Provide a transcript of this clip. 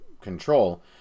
control